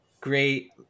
great